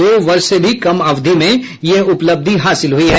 दो वर्ष से भी कम अवधि में यह उपलब्धि हासिल हुई है